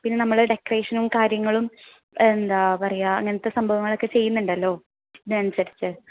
പിന്നെ നമ്മൾ ഡെക്കറേഷനും കാര്യങ്ങളും എന്താണ് പറയുക അങ്ങനത്തെ സംഭവങ്ങളൊക്കെ ചെയ്യുന്നുണ്ടല്ലോ അതിനനുസരിച്ച്